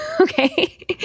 okay